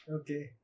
Okay